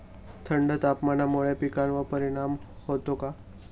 थंड तापमानामुळे पिकांवर परिणाम होतो का?